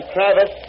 Travis